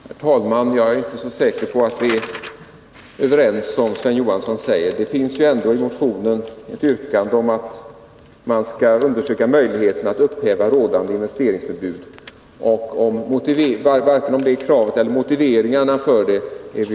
Herr talman! Jag är inte så säker på att vi är överens, som Sven Johansson säger. Det finns i motionen ett yrkande om att möjligheterna skall undersökas att upphäva rådande investeringsförbud. Och vi är varken överens om det kravet eller om motiveringarna för det.